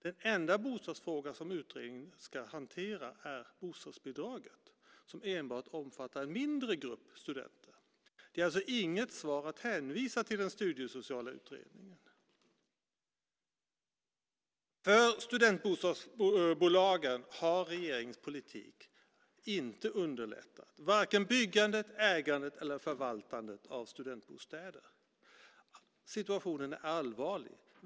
Den enda bostadsfråga som utredningen ska hantera är bostadsbidraget, som enbart omfattar en mindre grupp studenter. Det är alltså inget svar att hänvisa till den studiesociala utredningen. För studentbostadsbolagen har regeringens politik inte underlättat vare sig byggandet, ägandet eller förvaltandet av studentbostäder. Situationen är allvarlig.